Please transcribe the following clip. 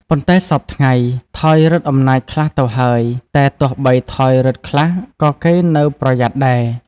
ប៉ុន្តែសព្វថ្ងៃ ថយឫទ្ធិអំណាចខ្លះទៅហើយ, តែទោះបីថយឫទ្ធិខ្លះ ក៏គេនៅប្រយ័ត្នដែរ ។